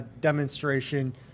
demonstration –